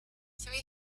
three